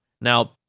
now